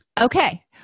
Okay